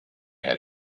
had